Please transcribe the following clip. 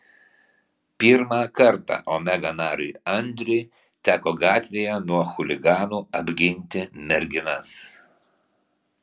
pirmą kartą omega nariui andriui teko gatvėje nuo chuliganų apginti merginas